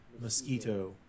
Mosquito